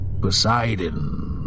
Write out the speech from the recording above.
Poseidon